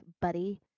Buddy